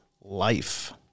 life